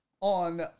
on